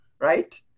Right